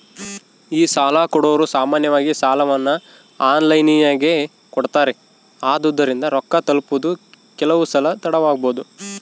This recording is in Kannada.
ಈ ಸಾಲಕೊಡೊರು ಸಾಮಾನ್ಯವಾಗಿ ಸಾಲವನ್ನ ಆನ್ಲೈನಿನಗೆ ಕೊಡುತ್ತಾರೆ, ಆದುದರಿಂದ ರೊಕ್ಕ ತಲುಪುವುದು ಕೆಲವುಸಲ ತಡವಾಬೊದು